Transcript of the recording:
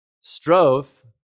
strove